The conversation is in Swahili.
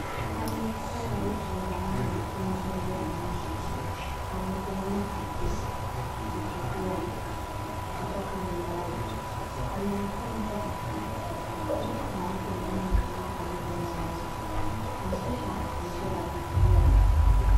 Aliyekuwa rais wa zaani wa Kenya Uhuru Kenyatta amisimama akihutubia kutoka mimbari. Anonekana kwa katika tukio rasmi na watu wengine wasimama karibu naye. Nakisha, amebeba bibilia.